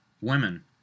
women